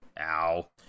Ow